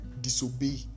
disobey